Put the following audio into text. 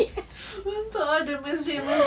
you talk all the masjid-masjid